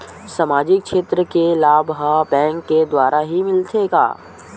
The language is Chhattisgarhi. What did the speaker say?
सामाजिक क्षेत्र के लाभ हा बैंक के द्वारा ही मिलथे का?